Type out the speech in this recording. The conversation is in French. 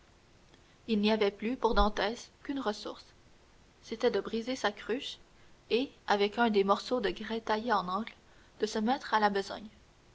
il n'y avait plus pour dantès qu'une ressource c'était de briser sa cruche et avec un des morceaux de grès taillés en angle de se mettre à la besogne